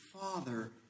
Father